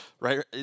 right